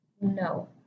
No